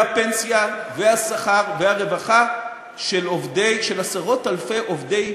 הפנסיה, השכר והרווחה של עשרות-אלפי עובדי